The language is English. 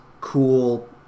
cool